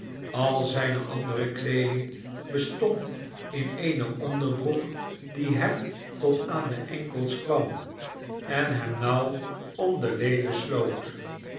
al zijne andere weeding bestond in eene onderbroek die hem tot aan de enkels kwam en hem nauw om de leden sloot